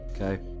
Okay